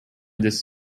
this